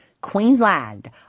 Queensland